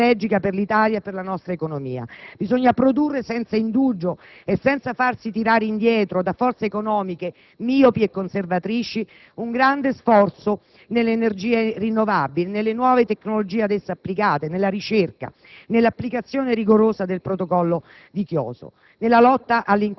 che è strategica per l'Italia e per la nostra economia. Bisogna produrre senza indugio, e senza farsi tirare indietro da forze economiche miopi e conservatrici, un grande sforzo nelle energie rinnovabili, nelle nuove tecnologie ad essa applicate, nella ricerca, nell'applicazione rigorosa del Protocollo di Kyoto, nella lotta